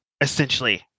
essentially